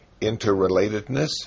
Interrelatedness